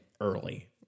early